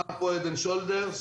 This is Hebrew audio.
שמפו הד אנד שולדרס,